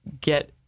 get